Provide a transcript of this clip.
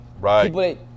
Right